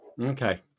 Okay